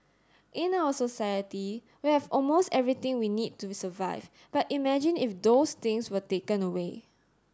in our society we have almost everything we need to survive but imagine if those things were taken away